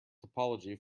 topology